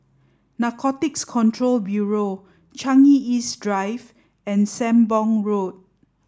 Narcotics Control Bureau Changi East Drive and Sembong Road